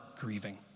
grieving